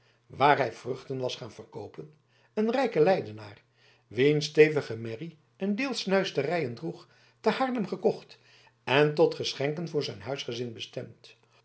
waar hij vruchten was gaan verkoopen een rijke leidenaar wiens stevige merrie een deel snuisterijen droeg te haarlem gekocht en tot geschenken voor zijn huisgezin bestemd